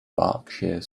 berkshire